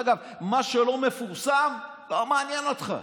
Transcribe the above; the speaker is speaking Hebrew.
מה שלא מפורסם, לא מעניין אותך.